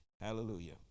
Hallelujah